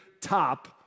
top